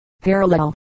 parallel